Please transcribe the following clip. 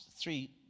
three